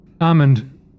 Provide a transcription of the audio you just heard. Armand